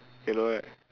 yellow right